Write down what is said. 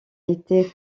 été